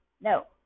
No